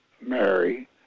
Mary